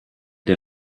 der